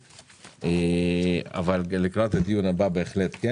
אבל לקראת הדיון הבא בהחלט כן.